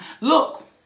look